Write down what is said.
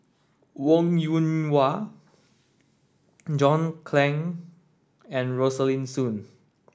Wong Yoon Wah John Clang and Rosaline Soon